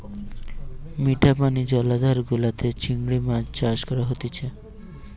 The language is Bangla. মিঠা পানি জলাধার গুলাতে চিংড়ি মাছ চাষ করা হতিছে